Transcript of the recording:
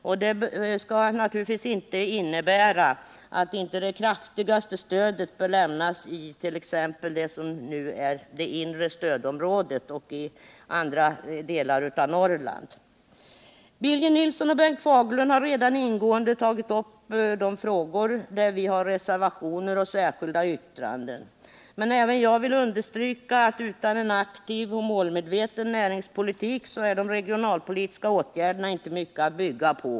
Det innebär naturligtvis inte att det kraftigaste stödet inte bör lämnas till t.ex. orter som nu tillhör det inre stödområdet och andra delar av Norrland. Birger Nilsson och Bengt Fagerlund har redan ingående tagit upp de frågor där vi har reservationer och särskilda yttranden. Men även jag vill understryka att utan en aktiv och målmedveten näringspolitik är de regionalpolitiska åtgärderna inte mycket att bygga på.